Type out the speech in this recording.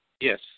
Yes